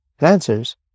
Answers